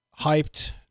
Hyped